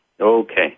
Okay